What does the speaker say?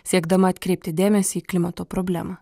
siekdama atkreipti dėmesį į klimato problemą